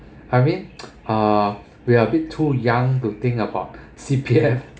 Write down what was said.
I mean uh we're a bit too young to think about C_P_F